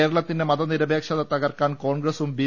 കേരളത്തിന്റെ മതനിരപേക്ഷത തകർക്കാൻ കോൺഗ്രസും ബി